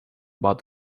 but